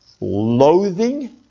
loathing